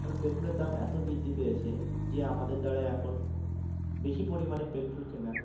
কারণ পেট্রোলের দাম এত বৃদ্ধি পেয়েছে যে আমাদের দ্বারা এখন বেশি পরিমাণে পেট্রোল কেনার